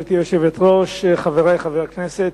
גברתי היושבת-ראש, תודה, חברי חברי הכנסת,